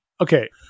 Okay